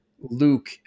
Luke